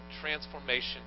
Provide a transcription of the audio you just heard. transformation